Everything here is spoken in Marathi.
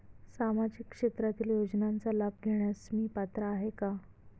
सामाजिक क्षेत्रातील योजनांचा लाभ घेण्यास मी पात्र आहे का?